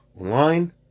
online